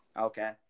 Okay